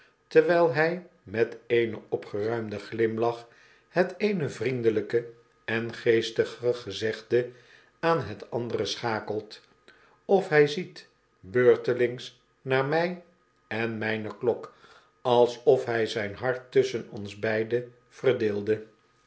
terwyl hy met eenen opgeruimden glimlach het eene vriendelyke en geestige gezegde aan het andere schakelt of hy ziet beurtelings naar my en mijne klok alsof hij zijn hart tusschen ons beiden verdeelde